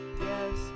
yes